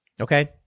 Okay